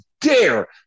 dare